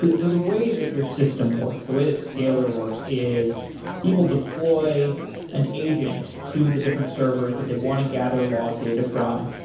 the the way that your system works, the way that scalyr works, is people deploy an agent to the different servers that they want to gather log data from.